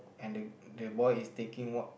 and the the boy is taking one